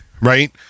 right